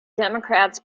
democrats